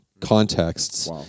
contexts